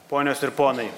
ponios ir ponai